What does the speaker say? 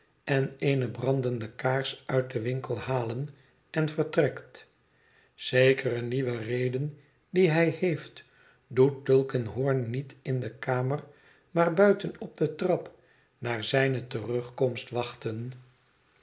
en eene brandende kaars uit den winkel halen en vertrekt zekere nieuwe reden die hij heeft doet tulkinghorn niet in de kamer maar buiten op de trap naar zijne terugkomst wachten